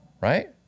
Right